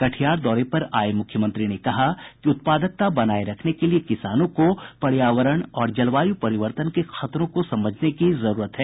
कटिहार दौरे पर आये मुख्यमंत्री ने कहा कि उत्पादकता बनाये रखने के लिए किसानों को पर्यावरण और जलवायु परिवर्तन के खतरों को समझने की जरूरत है